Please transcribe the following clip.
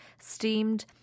steamed